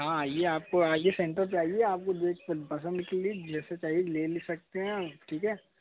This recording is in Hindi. हाँ आइए आपको आइए सेंटर पर आइए आपको देखकर पसंद कीजिए ले ले सकते हैं ठीक है